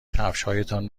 کفشهایتان